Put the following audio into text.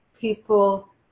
people